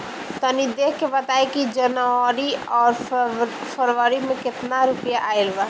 तनी देख के बताई कि जौनरी आउर फेबुयारी में कातना रुपिया आएल बा?